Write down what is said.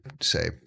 say